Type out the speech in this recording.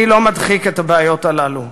אני לא מדחיק את הבעיות הללו,